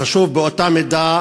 וחשוב באותה מידה